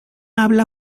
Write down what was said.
habla